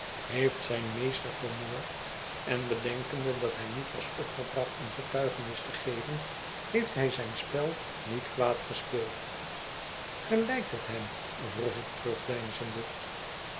heeft zijn meester vermoord en bedenkende dat hij niet was opgebracht om getuigenis te geven heeft hij zijn spel niet kwaad gespeeld gelijkt het hem vroeg ik